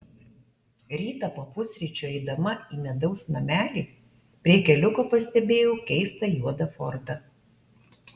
rytą po pusryčių eidama į medaus namelį prie keliuko pastebėjau keistą juodą fordą